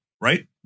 right